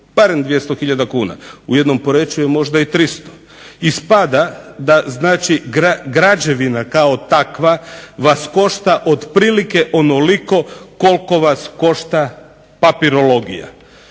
barem 200 hiljada kuna, u jednom POreču je možda i 300. Ispada da znači građevina kao takva vas košta otprilike onoliko koliko vas košta papirologija.